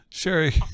Sherry